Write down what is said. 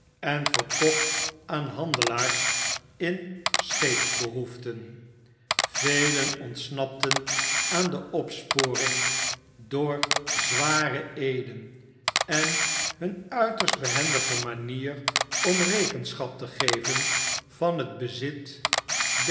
en verkocht aanhandelaars in scheepsbehoeften velen ontsnapten aan de opsporing door zware eeden en hun uiterst behendige manier om rekenschaptegeven van het bezit